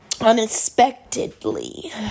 Unexpectedly